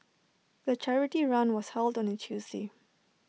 the charity run was held on A Tuesday